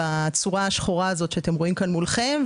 בצורה השחורה הזאת שאתם רואים כאן מולכם,